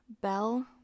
Bell